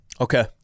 Okay